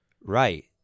Right